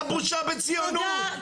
ציונית! מה הבושה בציונות?! תודה,